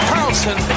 Carlson